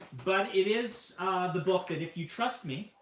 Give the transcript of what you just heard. but it is the book that if you trust me,